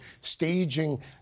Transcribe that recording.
staging